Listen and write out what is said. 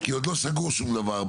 כי עדיין לא סגור שום דבר,